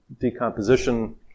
decomposition